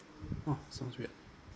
oh sounds great